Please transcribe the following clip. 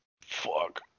Fuck